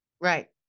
right